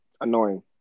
Annoying